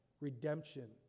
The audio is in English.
redemption